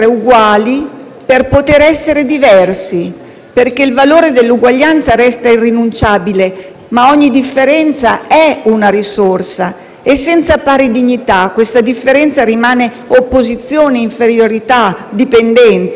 perché il valore dell'uguaglianza resta irrinunciabile, ma ogni differenza è una risorsa e senza pari dignità questa differenza rimane opposizione, inferiorità e dipendenza. Bisogna, quindi, educare